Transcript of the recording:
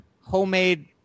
homemade